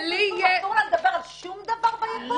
אסור לה לדבר על שום דבר ביקום?